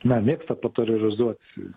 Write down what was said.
na mėgsta potarorizuoti